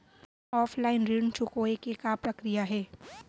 Offline ऋण चुकोय के का प्रक्रिया हे?